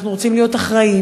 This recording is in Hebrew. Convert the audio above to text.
אנחנו רוצים להיות אחראיים,